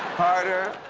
carter,